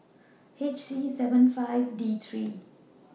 H C seventy five D three